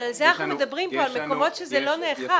על זה אנחנו מדברים פה, על מקומות שזה לא נאכף.